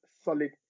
solid